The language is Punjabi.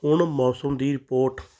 ਹੁਣ ਮੌਸਮ ਦੀ ਰਿਪੋਰਟ